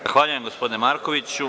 Zahvaljujem gospodine Markoviću.